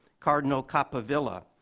cardinal capovilla,